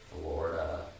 Florida